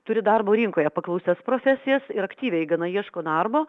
turi darbo rinkoje paklausias profesijas ir aktyviai gana ieško darbo